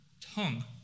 tongue